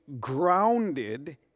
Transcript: grounded